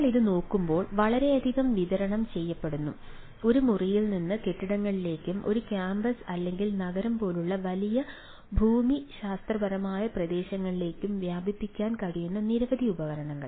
നമ്മൾ ഇത് നോക്കുമ്പോൾ വളരെയധികം വിതരണം ചെയ്യപ്പെടുന്നു ഒരു മുറിയിൽ നിന്ന് കെട്ടിടങ്ങളിലേക്കും ഒരു കാമ്പസ് അല്ലെങ്കിൽ നഗരം പോലുള്ള വലിയ ഭൂമിശാസ്ത്രപരമായ പ്രദേശങ്ങളിലേക്കും വ്യാപിക്കാൻ കഴിയുന്ന നിരവധി ഉപകരണങ്ങൾ